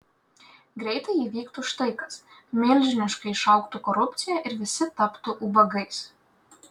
greitai įvyktų štai kas milžiniškai išaugtų korupcija ir visi taptų ubagais